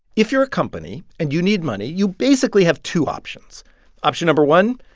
if you're a company and you need money, you basically have two options option no. one,